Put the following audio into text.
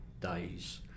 days